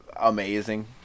amazing